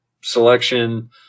selection